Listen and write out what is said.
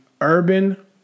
urban